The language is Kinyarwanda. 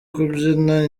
kubyina